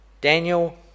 Daniel